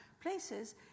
places